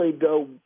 go